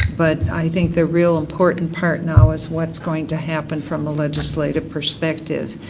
but i think the real important part. now is what's going to happen from a legislative perspective.